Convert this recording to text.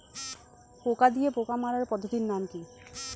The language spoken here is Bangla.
পোকা দিয়ে পোকা মারার পদ্ধতির নাম কি?